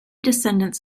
descendants